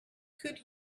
could